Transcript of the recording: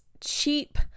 cheap